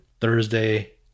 Thursday